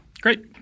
Great